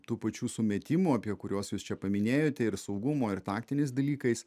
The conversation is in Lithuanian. tų pačių sumetimų apie kuriuos jūs čia paminėjote ir saugumo ir taktiniais dalykais